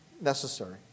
necessary